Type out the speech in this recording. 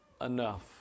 enough